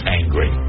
angry